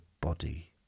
body